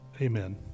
Amen